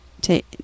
take